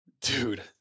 dude